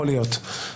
יכול להיות.